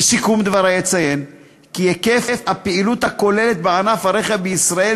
לסיכום דברי אציין כי היקף הפעילות הכוללת בענף הרכב בישראל,